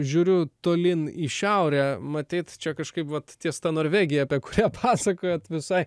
žiūriu tolyn į šiaurę matyt čia kažkaip vat ties ta norvegija apie kurią pasakojot visai